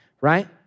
right